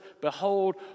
Behold